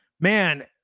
man